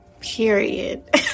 Period